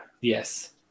Yes